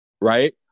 Right